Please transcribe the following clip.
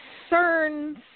concerns